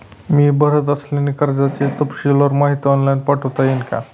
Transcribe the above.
मी भरत असलेल्या कर्जाची तपशीलवार माहिती ऑनलाइन पाठवता येईल का?